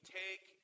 take